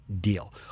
deal